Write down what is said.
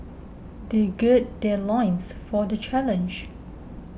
they gird their loins for the challenge